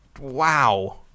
Wow